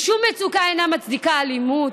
שום מצוקה אינה מצדיקה אלימות.